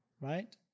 right